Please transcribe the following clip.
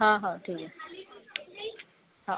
हां हां ठीक आहे हो